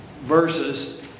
verses